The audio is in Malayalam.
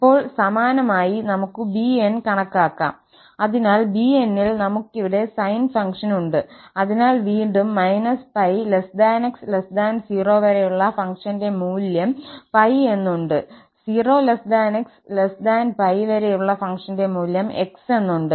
ഇപ്പോൾ സമാനമായി നമുക്കു 𝑏𝑛 കണക്കാക്കാം അതിനാൽ 𝑏𝑛 ൽ നമുക്കിവിടെ സൈൻ ഫംഗ്ഷൻ ഉണ്ട് അതിനാൽ വീണ്ടും −𝜋𝑥0 വരെയുള്ള ഫംഗ്ഷന്റെ മൂല്യം 𝜋 എന്നുണ്ട് 0𝑥𝜋 വരെയുള്ള ഫംഗ്ഷന്റെ മൂല്യം 𝑥 എന്നുണ്ട്